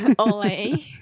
Ole